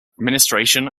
administration